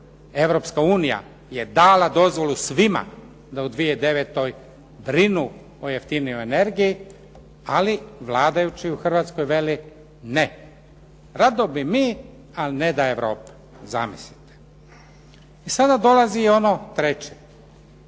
Europska unija je dala dozvolu svima da u 2009. brinu o jeftinijoj energiji, ali vladajući u Hrvatskoj veli ne, rado bi mi, ali neda Europa. Zamislite. I sada dolazi ono treće.